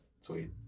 Sweet